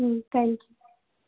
thank you